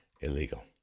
illegal